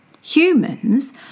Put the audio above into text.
Humans